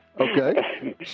okay